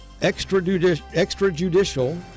extrajudicial